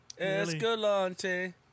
Escalante